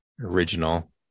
original